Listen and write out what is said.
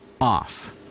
off